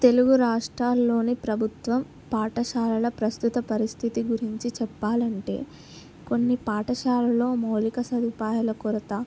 తెలుగు రాష్టల్లోని ప్రభుత్వం పాఠశాలల ప్రస్తుత పరిస్థితి గురించి చెప్పాలంటే కొన్ని పాఠశాలలో మౌలిక సదుపాయాల కొరత